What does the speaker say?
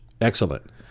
Excellent